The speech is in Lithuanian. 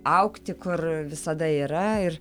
augti kur visada yra ir